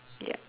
yup